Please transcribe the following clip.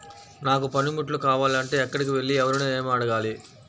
నాకు పనిముట్లు కావాలి అంటే ఎక్కడికి వెళ్లి ఎవరిని ఏమి అడగాలి?